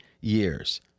years